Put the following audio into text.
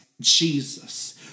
Jesus